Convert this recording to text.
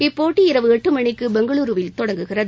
இப்போட்டி இரவு எட்டு மணிக்கு பெங்களூரூவில் தொடங்குகிறது